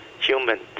human